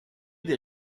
des